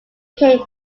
king